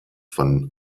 von